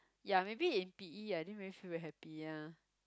ya maybe in P_E I didn't really feel very happy ya